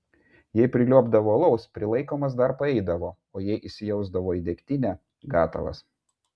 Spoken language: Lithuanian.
jeigu priliuobdavo alaus prilaikomas dar paeidavo o jei įsijausdavo į degtinę gatavas